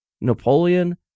Napoleon